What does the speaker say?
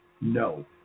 no